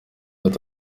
ati